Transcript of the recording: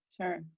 Sure